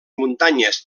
muntanyes